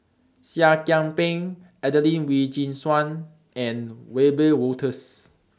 Seah Kian Peng Adelene Wee Chin Suan and Wiebe Wolters